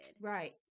Right